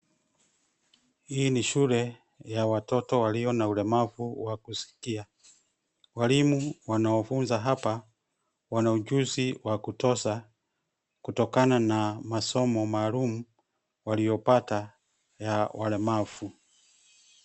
Hii ni shule ya watoto walio na ulemavu wa kusikia. Walimu wanaofunza hapa wana ujuzi wa kutosha kutokana na masomo maalum waliopata ya walemavu.